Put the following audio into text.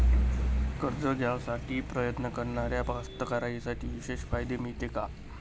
कर्ज घ्यासाठी प्रयत्न करणाऱ्या कास्तकाराइसाठी विशेष फायदे मिळते का?